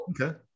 okay